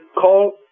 call